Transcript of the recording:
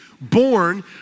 born